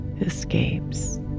escapes